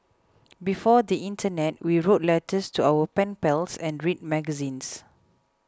before the Internet we wrote letters to our pen pals and read magazines